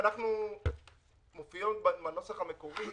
בנוסח המקורי